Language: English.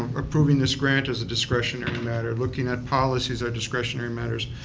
approving this grant is a discretionary matter. looking at policies are discretionary manners.